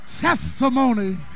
testimony